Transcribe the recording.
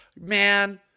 man –